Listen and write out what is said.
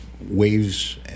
waves